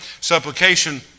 Supplication